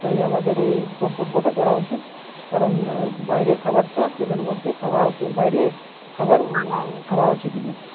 তাই আমাদের এই কর্তব্যটা করা উচিত কারণ বাইরের খাবারটা ট্রেনের মধ্যে খাওয়া উচিত বাইরে খাবার খাওয়া উচিত নয়